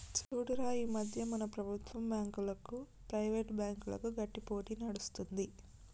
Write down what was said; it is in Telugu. చూడురా ఈ మధ్య మన ప్రభుత్వం బాంకులకు, ప్రైవేట్ బ్యాంకులకు గట్టి పోటీ నడుస్తుంది